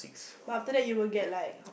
but after that you will get like